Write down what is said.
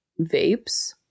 vapes